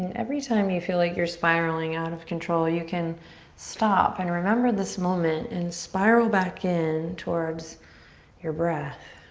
every time you feel like you're spiraling out of control, you can stop and remember this moment and spiral back in towards your breath.